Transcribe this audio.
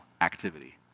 activity